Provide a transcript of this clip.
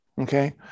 Okay